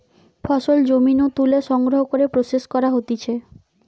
ফসল জমি নু তুলে সংগ্রহ করে প্রসেস করা হতিছে